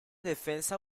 defensa